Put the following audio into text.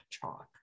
chalk